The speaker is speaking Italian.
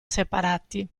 separati